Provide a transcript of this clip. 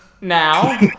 now